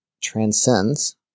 transcends